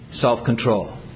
self-control